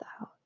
out